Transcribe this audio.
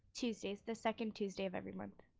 tuesdays, the second tuesday of every month. ah,